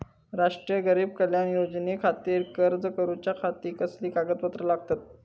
राष्ट्रीय गरीब कल्याण योजनेखातीर अर्ज करूच्या खाती कसली कागदपत्रा लागतत?